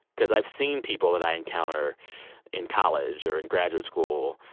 because i've seen people that i encounter in college or in graduate school,